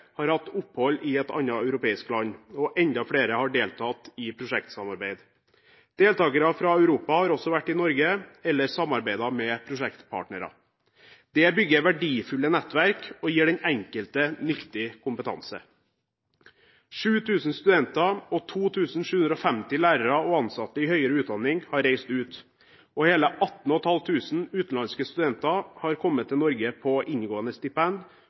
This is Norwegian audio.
har hatt opphold i et annet europeisk land, og enda flere har deltatt i prosjektsamarbeid. Deltagere fra Europa har også vært i Norge eller samarbeidet med norske prosjektpartnere. Dette bygger verdifulle nettverk og gir den enkelte viktig kompetanse. 7 000 studenter og 2 750 lærere og ansatte i høyere utdanning har reist ut. Hele 18 500 utenlandske studenter har kommet til Norge på inngående stipend,